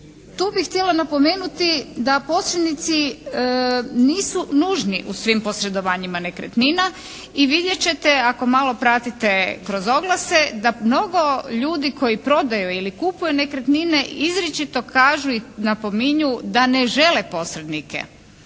Tu bih htjela napomenuti da posrednici nisu nužni u svim posredovanjima nekretnina. I vidjet ćete ako malo pratite kroz oglase da mnogo ljudi koji prodaju ili kupuju nekretnine izričito kažu i napominju da ne žele posrednike.